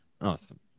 Awesome